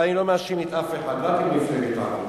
אבל אני לא מאשים אף אחד, רק את מפלגת העבודה.